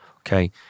Okay